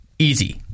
Easy